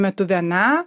metu viena